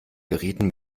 gerieten